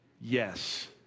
Yes